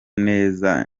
neza